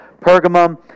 Pergamum